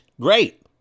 great